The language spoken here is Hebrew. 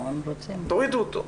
תורידו אותו.